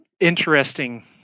interesting